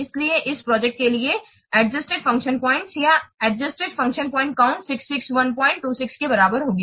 इसलिए इस प्रोजेक्ट के लिए अडजस्टेड फ़ंक्शन पॉइंट या अडजस्टेड फ़ंक्शन पॉइंट की कुल संख्या 66126 के बराबर होगी